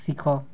ଶିଖ